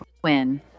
twin